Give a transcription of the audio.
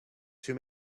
too